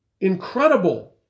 incredible